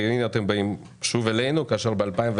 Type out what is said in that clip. והנה אתם באים שוב אלינו כאשר ב-2019,